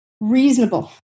reasonable